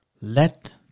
Let